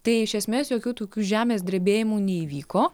tai iš esmės jokių tokių žemės drebėjimų neįvyko